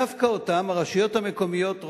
דווקא אותם הרשויות המקומיות,